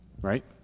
right